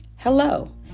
Hello